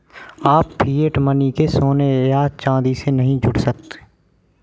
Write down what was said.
आप fiat money को सोने या चांदी से नहीं जोड़ सकते